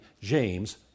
James